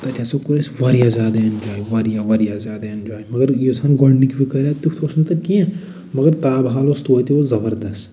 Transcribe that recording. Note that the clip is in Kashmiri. تتہِ ہَسا کوٚر اَسہِ واریاہ زیادٕ ایٚنجاے واریاہ واریاہ زیادٕ ایٚنجاے مگر ییٖژ ہَن گۄڈنِکہٕ پھِرِ کَریاے تٮُ۪تھ اوس نہٕ تتہِ کیٚنٛہہ مگر تابحال اوس توتہِ اوس زبردس